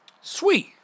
Sweet